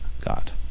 God